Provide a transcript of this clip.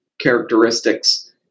characteristics